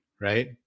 right